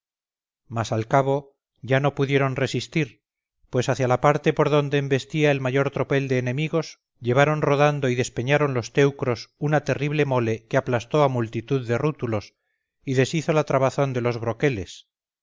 mas al cabo ya no pudieron resistir pues hacia la parte por donde embestía el mayor tropel de enemigos llevaron rodando y despeñaron los teucros una terrible mole que aplastó a multitud de rútulos y deshizo la trabazón de los broqueles